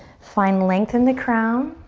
find length in the crown.